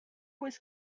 was